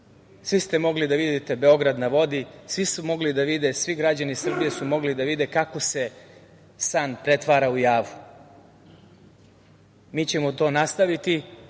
svi ste mogli da vidite Beograd na vodi, svi su mogli da vide, svi građani Srbije su mogli da vide kako se san pretvara u javu. Mi ćemo to nastaviti